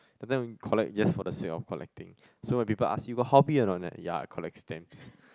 but then collect just for the sake of collecting so when people ask you got hobby or not ya collect stamps